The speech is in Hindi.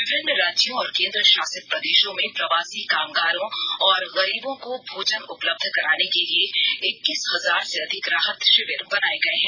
विभिन्न राज्यों और केंद्रशासित प्रदेशों में प्रवासी कामगारों और गरीबों को भोजन उपलब्ध कराने के लिए इक्कीस हजार से अधिक राहत शिविर बनाये गये हैं